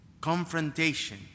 confrontation